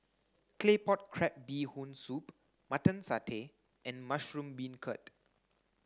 claypot crab bee hoon soup mutton satay and mushroom beancurd